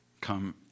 come